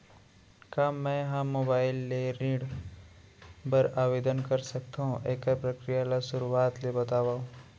का मैं ह मोबाइल ले ऋण बर आवेदन कर सकथो, एखर प्रक्रिया ला शुरुआत ले बतावव?